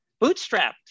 bootstrapped